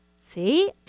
See